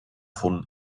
von